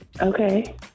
okay